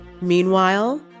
Meanwhile